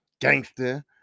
gangster